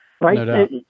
Right